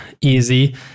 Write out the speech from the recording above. easy